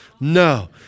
no